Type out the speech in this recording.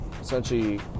essentially